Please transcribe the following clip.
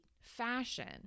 fashion